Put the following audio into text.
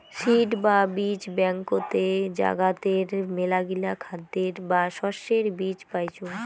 seed বা বীজ ব্যাংকতে জাগাতের মেলাগিলা খাদ্যের বা শস্যের বীজ পাইচুঙ